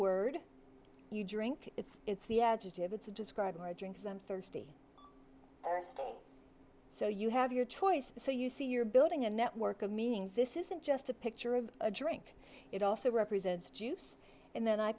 word you drink it's it's the adjective it's a describe more drinks i'm thirsty so you have your choice so you see you're building a network of meanings this isn't just a picture of a drink it also represents juice and then i